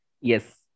Yes